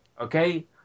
Okay